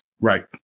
Right